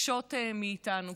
מבקשות מאיתנו.